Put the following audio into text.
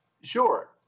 Sure